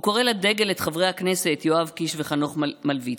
הוא קורא לדגל את חברי הכנסת יואב קיש וחנוך מלביצקי,